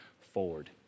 forward